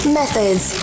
methods